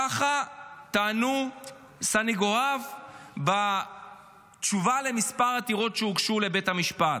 ככה טענו סנגוריו בתשובה על כמה עתירות שהוגשו לבית המשפט.